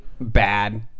bad